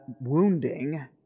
wounding